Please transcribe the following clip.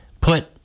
put